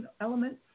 elements